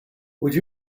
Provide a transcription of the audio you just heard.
would